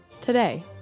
Today